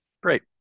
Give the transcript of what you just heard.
Great